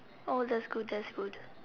oh that's good that's good